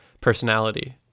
personality